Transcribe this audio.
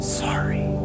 sorry